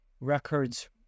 records